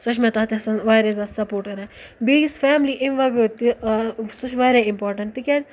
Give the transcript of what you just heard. سۄ چھِ مےٚ تَتٮ۪سَن واریاہ زیادٕ سپوٹ کَران بیٚیہِ یُس فیملی امہِ وغٲر تہِ سُہ چھِ وایاہ اِمپاٹَنٛٹ تِکیٛازِ